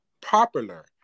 popular